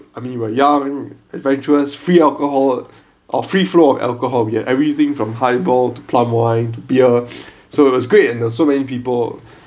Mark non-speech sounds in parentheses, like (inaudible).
I mean we were young and adventurous free alcohol or free flow of alcohol we had everything from high bolt to plum wine to beer (breath) so it was great and there were so many people